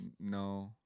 no